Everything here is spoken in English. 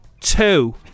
Two